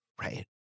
Right